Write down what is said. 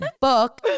book